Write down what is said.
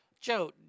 Joe